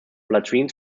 latrines